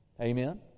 Amen